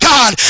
God